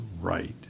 right